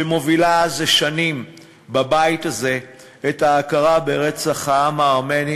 שמובילה זה שנים בבית הזה את נושא ההכרה ברצח העם הארמני,